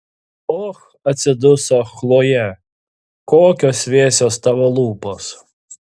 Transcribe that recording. och atsiduso chlojė kokios vėsios tavo lūpos